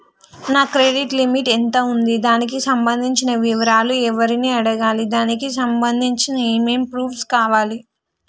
నా credit limit ఎంత ఉంది? దానికి సంబంధించిన వివరాలు ఎవరిని అడగాలి? దానికి సంబంధించిన ఏమేం ప్రూఫ్స్ కావాలి?